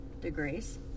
degrees